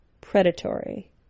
predatory